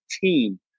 team